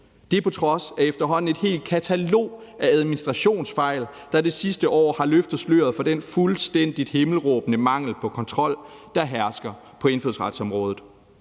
er på trods af efterhånden et helt katalog af administrationsfejl, der det sidste år har løftet sløret for den fuldstændig himmelråbende mangel på kontrol, der hersker på indfødsretsområdet.